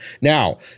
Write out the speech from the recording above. Now